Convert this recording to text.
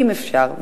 אם אפשר,